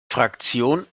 fraktion